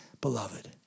beloved